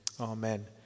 Amen